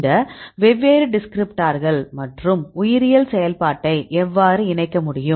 இந்த வெவ்வேறு டிஸ்கிரிப்டார்கள் மற்றும் உயிரியல் செயல்பாட்டை எவ்வாறு இணைக்க முடியும்